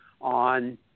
on